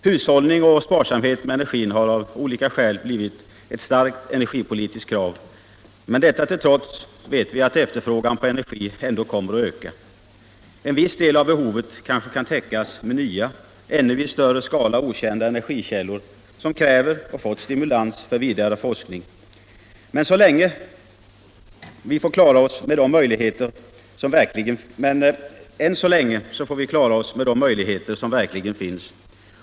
| Hushållning och sparsamhet med energin har av olika skäl blivit ett starkt energipolitiskt krav, men detta till trots vet vi att efterfrågan på energi ändå kommer att öka. En viss del av behovet kanske kan täckas med nya, ännu i stor utsträckning okända energikällor, som kräver och också fått stimulans för vidare forskning. Men än så länge får vi klara oss med de möjligheter som verkligen finns.